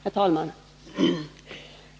Herr talman!